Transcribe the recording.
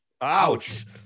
Ouch